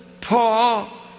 Paul